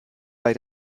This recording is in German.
bei